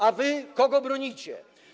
A wy kogo bronicie?